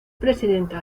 presidenta